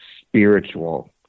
spiritual